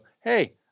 Hey